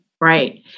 right